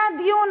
היה דיון,